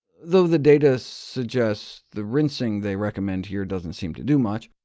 though the data suggest the rinsing they recommend here doesn't seem to do much.